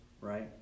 Right